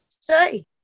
say